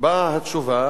באה התשובה